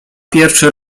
pierwszy